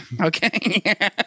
okay